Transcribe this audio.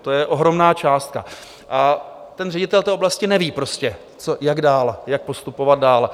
To je ohromná částka a ten ředitel té oblasti neví prostě jak dál, jak postupovat dál.